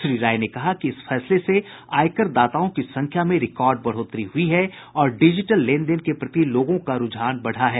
श्री राय ने कहा कि इस फैसले से आयकर दाताओं की संख्या में रिकॉर्ड बढ़ोतरी हुई है और डिजीटल लेन देन के प्रति लोगों का रूझान बढ़ा है